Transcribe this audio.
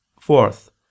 fourth